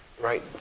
right